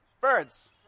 Birds